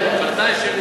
התנאי של,